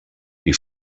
qui